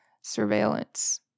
surveillance